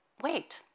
wait